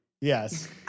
Yes